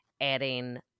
adding